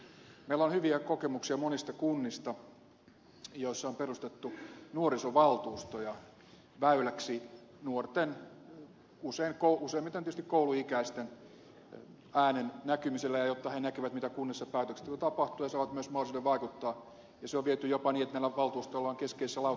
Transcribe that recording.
meillä on hyviä kokemuksia monista kunnista joissa on perustettu nuorisovaltuustoja väyläksi nuorten useimmiten tietysti kouluikäisten äänen näkymiselle ja jotta he näkevät mitä kunnissa päätöksenteossa tapahtuu ja saavat myös mahdollisuuden vaikuttaa ja se on viety jopa niin että näillä valtuustoilla on keskeisissä lautakunnissa edustus